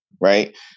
Right